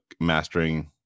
mastering